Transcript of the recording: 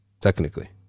Technically